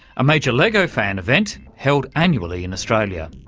a major lego fan event held annually in australia.